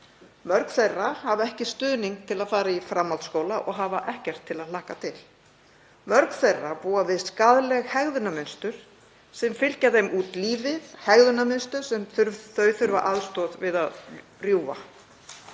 Mörg þeirra hafa ekki stuðning til að fara í framhaldsskóla og hafa ekkert til að hlakka til. Mörg þeirra búa við skaðleg hegðunarmynstur sem fylgja þeim út lífið, hegðunarmynstur sem þau þurfa aðstoð við að rjúfa.